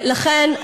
לכן,